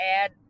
add